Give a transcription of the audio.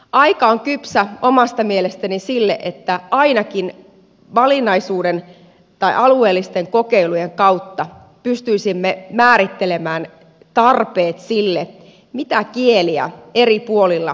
aika on kypsä omasta mielestäni sille että ainakin valinnaisuuden tai alueellisten kokeilujen kautta pystyisimme määrittelemään tarpeet sille mitä kieliä eri puolilla suomea tarvitaan